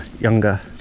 younger